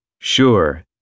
Sure